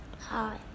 hi